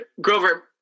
grover